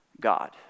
God